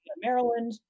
Maryland